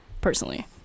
personally